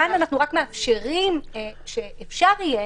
כאן רק מאפשרים שאפשר יהיה